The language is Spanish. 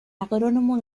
agrónomo